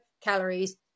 calories